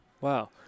Wow